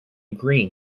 green